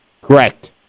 Correct